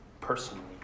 personally